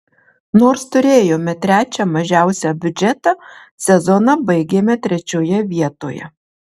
nors turėjome trečią mažiausią biudžetą sezoną baigėme trečioje vietoje